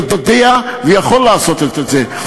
יודע ויכול לעשות את זה.